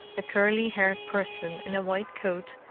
a curly-haired person in a white coat,